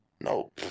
No